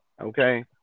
Okay